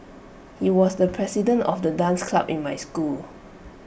he was the president of the dance club in my school